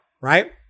Right